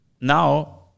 Now